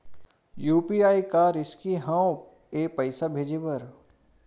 UPI का risky हंव ए पईसा भेजे बर?